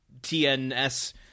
TNS